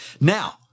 Now